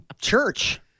church